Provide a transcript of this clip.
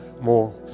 more